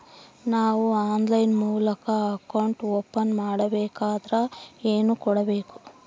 ನಾವು ಆನ್ಲೈನ್ ಮೂಲಕ account open ಮಾಡಬೇಂಕದ್ರ ಏನು ಕೊಡಬೇಕು?